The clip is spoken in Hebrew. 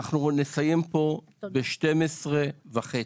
אנחנו נסיים פה עד 12:30,